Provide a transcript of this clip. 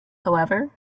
however